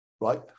right